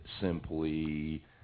simply